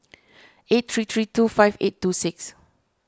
eight three three two five eight two six